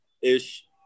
ish